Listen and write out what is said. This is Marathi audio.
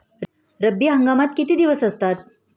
रब्बी हंगामात किती दिवस असतात?